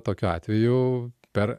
tokiu atveju per